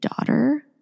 daughter